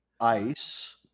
ICE